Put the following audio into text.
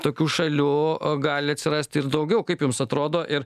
tokių šalių a gali atsirasti ir daugiau kaip jums atrodo ir